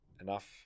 enough